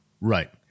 right